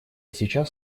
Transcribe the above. сейчас